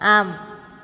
आम्